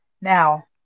Now